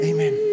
Amen